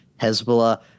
hezbollah